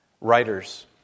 writers